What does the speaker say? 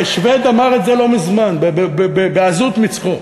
שוויד אמר את זה לא מזמן, בעזות מצחו.